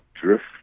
drift